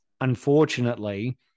Unfortunately